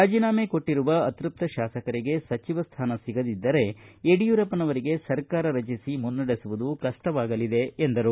ರಾಜೀನಾಮೆ ಕೊಟ್ಟಿರುವ ಅತ್ಯಪ್ತ ಶಾಸಕರಿಗೆ ಸಚಿವ ಸ್ಯಾನ ಸಿಗದಿದ್ದರೆ ಯಡಿಯೂರಪ್ಪನವರಿಗೆ ಸರ್ಕಾರ ರಚಿಸಿ ಮುನ್ನಡೆಸುವುದು ಕಷ್ಟವಾಗಲಿದೆ ಎಂದರು